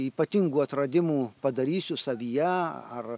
ypatingų atradimų padarysiu savyje ar